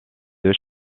deux